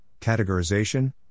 categorization